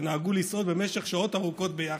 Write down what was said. שנהגו לסעוד במשך שעות ארוכות ביחד.